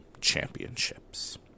championships